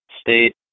state